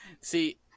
See